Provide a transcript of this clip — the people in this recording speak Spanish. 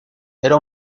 era